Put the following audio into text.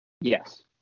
Yes